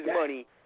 money